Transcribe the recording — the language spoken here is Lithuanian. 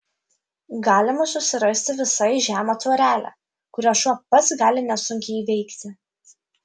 galima susirasti visai žemą tvorelę kurią šuo pats gali nesunkiai įveikti